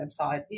website